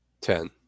ten